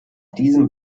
diesem